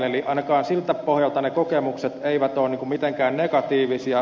eli ainakaan siltä pohjalta ne kokemukset eivät ole mitenkään negatiivisia